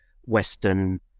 Western